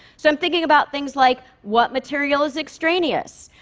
so i'm thinking about things like, what material is extraneous?